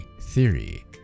theory